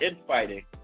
infighting